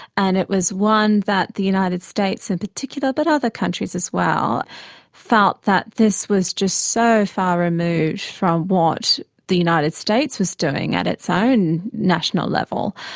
and it was one that the united states in particular but other countries as well felt that this was just so far removed from what the united states was doing at its own national level,